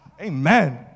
Amen